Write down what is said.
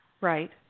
right